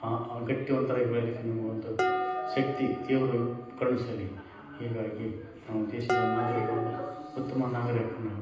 ಆ ಗಟ್ಟಿವಂತರಾಗಿ ಬೆಳೆಯಲಿಕ್ಕೆ ನಮಗೆ ಒಂದು ಶಕ್ತಿ ದೇವರು ಕರುಣಿಸಲಿ ಹೀಗಾಗಿ ನಾವು ದೇಶದ ಮಾದರಿಗೆ ಒಂದು ಉತ್ತಮ ನಾಗರೀಕನಾಗಬೇಕು